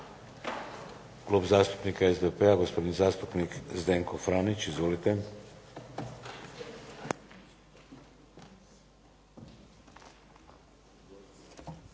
Klub zastupnika SDP-a, gospodin zastupnik Zdenko Franić. Izvolite.